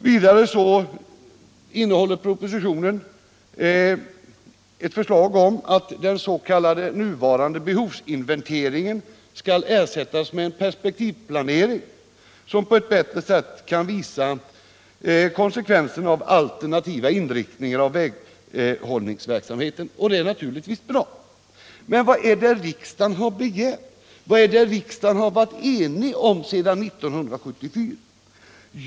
För det andra föreslås att den nuvarande s.k. behovsinventeringen skall ersättas av en perspektivplanering som på ett bättre sätt skall visa konsekvenserna av alternativa inriktningar av väghållningsverksamheten. Det är naturligtvis också bra. Men vad är det som en enig riksdag har begärt sedan 1974?